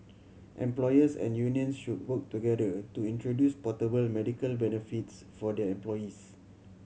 employers and unions should work together to introduce portable medical benefits for their employees